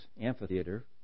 amphitheater